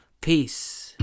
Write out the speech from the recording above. peace